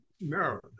No